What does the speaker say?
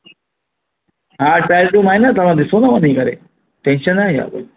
हा आहे न तव्हां ॾिसो न वञी करे टैशन आहे छा कोई